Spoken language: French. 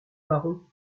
baron